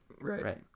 right